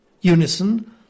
Unison